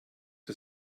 für